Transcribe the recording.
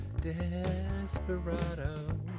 Desperado